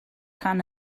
rhan